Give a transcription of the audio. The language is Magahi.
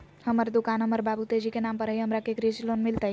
हमर दुकान हमर बाबु तेजी के नाम पर हई, हमरा के कृषि लोन मिलतई?